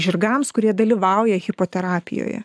žirgams kurie dalyvauja hipoterapijoje